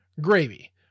gravy